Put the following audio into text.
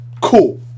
Cool